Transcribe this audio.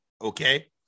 okay